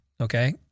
Okay